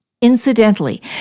Incidentally